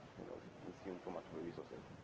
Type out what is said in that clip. you know consume too much resources.